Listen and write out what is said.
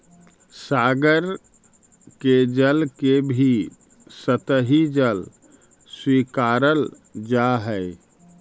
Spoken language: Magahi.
सागर के जल के भी सतही जल स्वीकारल जा हई